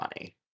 money